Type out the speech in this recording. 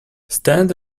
stand